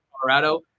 Colorado